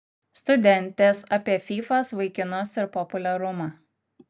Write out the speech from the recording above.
studentės apie fyfas vaikinus ir populiarumą